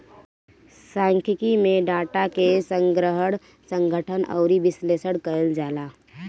सांख्यिकी में डाटा के संग्रहण, संगठन अउरी विश्लेषण कईल जाला